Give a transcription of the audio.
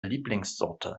lieblingssorte